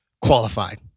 Qualified